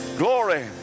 glory